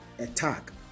attack